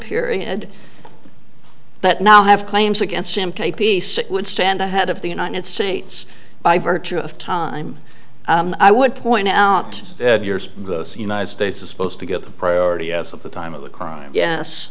period that now have claims against him k p c would stand ahead of the united states by virtue of time i would point out the united states is supposed to get the priority as of the time of the crime yes